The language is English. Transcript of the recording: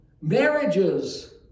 Marriages